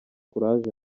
courage